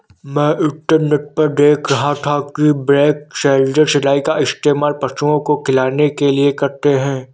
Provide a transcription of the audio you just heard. मैं इंटरनेट पर देख रहा था कि ब्लैक सोल्जर सिलाई का इस्तेमाल पशुओं को खिलाने के लिए करते हैं